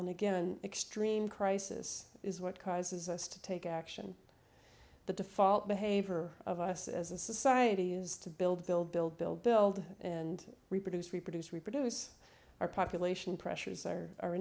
and again extreme crisis is what causes us to take action the default behavior of us as a society is to build build build build build and reproduce reproduce reproduce our population pressures or